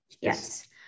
Yes